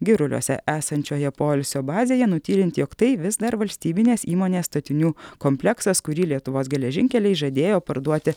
giruliuose esančioje poilsio bazėje nutylint jog tai vis dar valstybinės įmonės statinių kompleksas kurį lietuvos geležinkeliai žadėjo parduoti